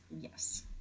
Yes